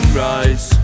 rise